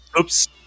Oops